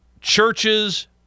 churches